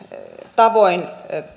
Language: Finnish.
tavoin